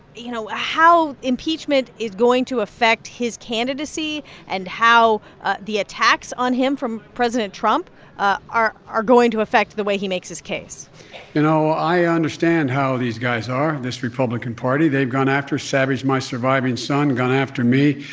you know, how impeachment is going to affect his candidacy and how ah the attacks on him from president trump ah are are going to affect the way he makes his case you know, i understand how these guys are this, republican party. they've gone after savaged my surviving son, gone after me,